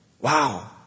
Wow